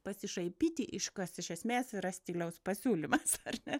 pasišaipyti iš kas iš esmės yra stiliaus pasiūlymas ar ne